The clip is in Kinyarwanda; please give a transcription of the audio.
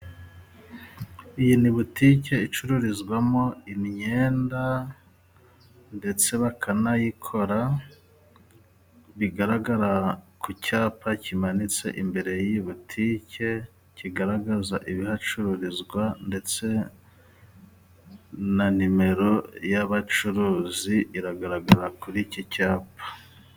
Iyi ni butike icururizwamo imyenda ndetse bakanayikora bigaragara ku cyapa kimanitse imbere yiyi butike kigaragaza ibihacururizwa ndetse na nimero y'abacuruzi iragaragara kuri iki cyapa.